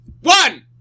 one